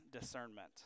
discernment